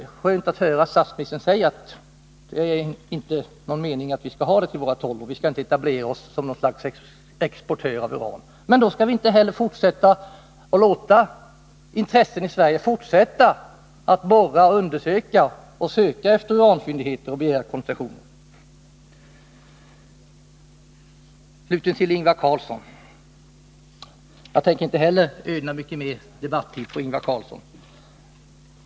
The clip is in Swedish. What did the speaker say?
Det var skönt att höra statsministern säga att det inte är någon mening med detta och att vi inte skall etablera oss som något slags exportörer av uran. Men då skall vi inte heller låta intressenter i Sverige fortsätta borra och söka efter uranfyndigheter för att sedan begära koncession. Slutligen till Ingvar Carlsson: Jag skall, för min del, inte ägna mera debattid åt er.